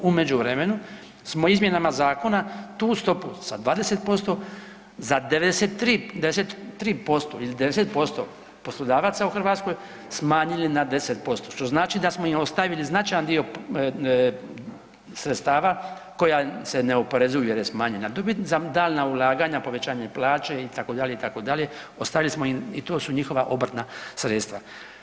U međuvremenu smo izmjenama zakona tu stopu sa 20% za 93%, 90% poslodavaca u Hrvatskoj smanjili na 10% što znači da smo im ostavili značajan dio sredstava koja se ne oporezuju jer je smanjena dobit za daljnja ulaganja, povećanje plaće itd., itd., ostavili smo im i to su njihova obrtna sredstva.